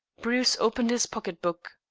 bruce opened his pocket-book.